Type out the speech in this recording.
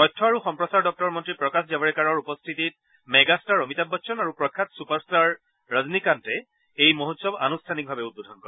তথ্য আৰু সম্প্ৰচাৰ দপ্তৰৰ মন্ত্ৰী প্ৰকাশ জাৱাড়েকাৰৰ উপস্থিতিত মেগা ষ্টাৰ অমিতাভ বচ্চন আৰু প্ৰখ্যাত ছুপাৰ্টাৰ ৰজনীকান্তে এই মহোৎসৱ আনুষ্ঠানিকভাৱে উদ্বোধন কৰে